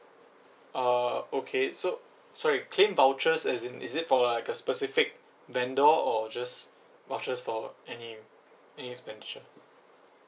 uh okay so sorry claim vouchers as in is it for like a specific vendor or just vouchers for any any expenditure